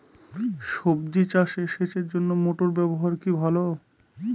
সবজি চাষে সেচের জন্য মোটর ব্যবহার কি ভালো?